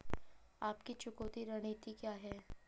आपकी चुकौती रणनीति क्या है?